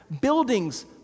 Buildings